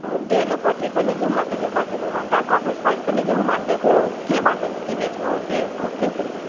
डेलोपटि पनि जाऊँ भन्दैथ्यो कतिले भन्दा कफेर साइड पनि जाऊँ भन्दैथ्यो के भन्दैछ तिमीहरूको त्यो ग्रुपले चाहिँ